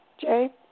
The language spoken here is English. Jay